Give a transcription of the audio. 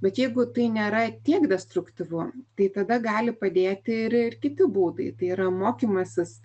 bet jeigu tai nėra tiek destruktyvu tai tada gali padėti ir ir kiti būdai tai yra mokymasis